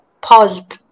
paused